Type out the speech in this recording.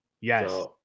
yes